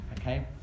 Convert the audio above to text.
Okay